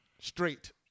Straight